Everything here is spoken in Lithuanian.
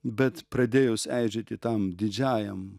bet pradėjus eižėti tam didžiajam